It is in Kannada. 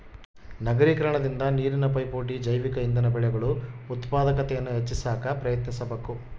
ನಗರೀಕರಣದಿಂದ ನೀರಿನ ಪೈಪೋಟಿ ಜೈವಿಕ ಇಂಧನ ಬೆಳೆಗಳು ಉತ್ಪಾದಕತೆಯನ್ನು ಹೆಚ್ಚಿ ಸಾಕ ಪ್ರಯತ್ನಿಸಬಕು